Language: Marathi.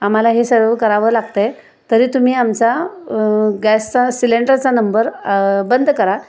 आम्हाला हे सर्व करावं लागत आहे तरी तुम्ही आमचा गॅसचा सिलेंडरचा नंबर बंद करा